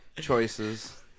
Choices